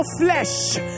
Flesh